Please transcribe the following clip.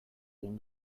egin